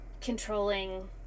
controlling